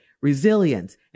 Resilience